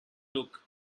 look